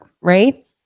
right